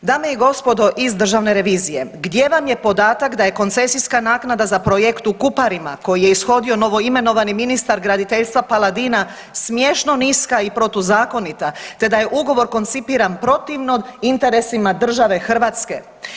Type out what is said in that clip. Dame i gospodo, iz Državne revizije gdje vam je podatak da je koncesijska naknada za projekt u Kuparima koji je ishodio novoimenovani ministar Paladina, smiješno niska i protuzakonita te da je ugovor koncipiran protivno interesima države Hrvatske?